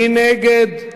מי נגד?